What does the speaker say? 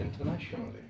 internationally